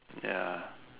ya